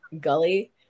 gully